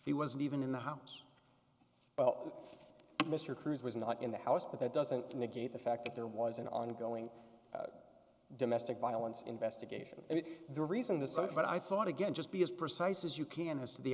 all he wasn't even in the house well mr cruz was not in the house but that doesn't negate the fact that there was an ongoing domestic violence investigation and the reason the side but i thought again just be as precise as you can